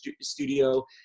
studio